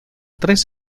tres